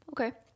Okay